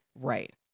right